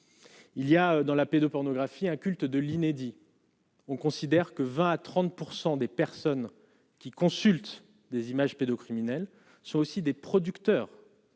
Il y a dans la pédopornographie inculte de l'inédit. On considère que 20 à 30 % des personnes qui consultent des images pédo-criminels sont aussi des producteurs.